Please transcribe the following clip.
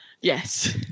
Yes